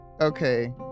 Okay